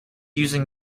using